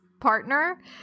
partner